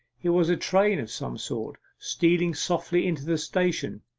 it was a train of some sort, stealing softly into the station,